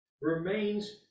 remains